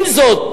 עם זאת,